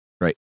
Right